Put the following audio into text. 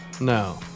No